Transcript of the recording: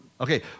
Okay